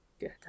get